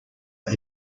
are